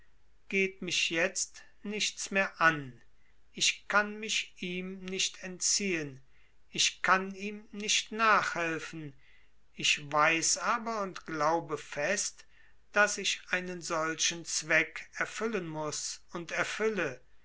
geht mich jetzt nichts mehr an ich kann mich ihm nicht entziehen ich kann ihm nicht nachhelfen ich weiß aber und glaube fest daß ich einen solchen zweck erfüllen muß und erfülle